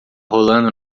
rolando